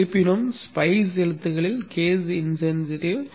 இருப்பினும் spice எழுத்துக்களில் case insensitive